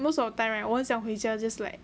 most of the time right 我很想回家 just like